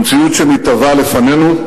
במציאות המתהווה לפנינו,